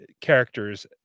characters